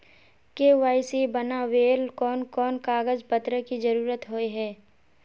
KYC बनावेल कोन कोन कागज पत्र की जरूरत होय है?